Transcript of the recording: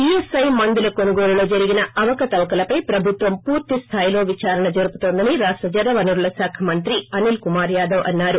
ESI మందుల కోనుగోలులో జరిగిన అవకతవకలపై ప్రభుత్వం పూర్తి స్థాయిలో విదారణ జరుగుతోందని రాష్ట జలవనరుల శాఖ మంత్రి అనిల్ కుమార్ యాదవ్ అన్నారు